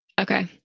Okay